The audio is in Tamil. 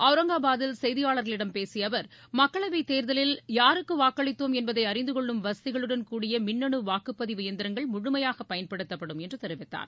அவுரங்காபாத்தில் செய்தியாளர்களிடம் பேசியஅவர் மக்களவைகேர்கலில் யாருக்குவாக்களித்தோம் என்பதைஅறிந்துகொள்ளும் வசதிகளுடன் கூடிய மின்னணுவாக்குப்பதிவு எந்திரங்கள் முழுமையாகபயன்படுத்தப்படும் என்றுதெரிவித்தார்